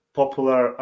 popular